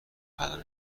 الان